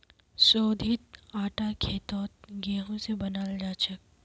शोधित आटा खेतत गेहूं स बनाल जाछेक